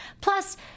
Plus